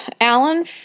Alan